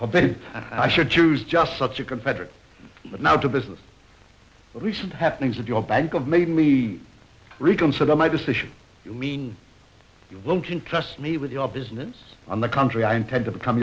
forbid i should choose just such a confederate but now to business the recent happenings of your bank of made me reconsider my decision you mean you can trust me with your business on the country i intend to become